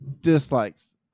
dislikes